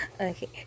Okay